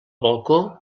balcó